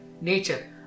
nature